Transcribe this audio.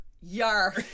yar